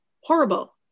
horrible